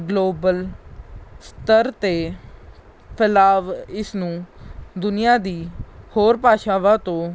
global ਸਤਰ 'ਤੇ ਫੈਲਾਅ ਇਸ ਨੂੰ ਦੁਨੀਆ ਦੀ ਹੋਰ ਭਾਸ਼ਾਵਾਂ ਤੋਂ